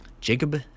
Jacob